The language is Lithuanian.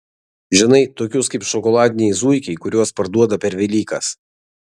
žinai tokius kaip šokoladiniai zuikiai kuriuos parduoda per velykas